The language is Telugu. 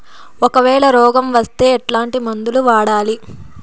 ఒకవేల రోగం వస్తే ఎట్లాంటి మందులు వాడాలి?